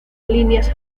líneas